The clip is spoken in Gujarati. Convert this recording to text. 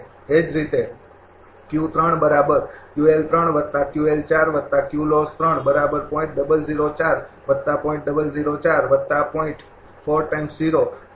તેથી તમારા માટે બધું સ્પષ્ટ છે